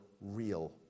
real